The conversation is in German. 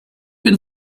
bin